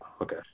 Okay